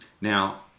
now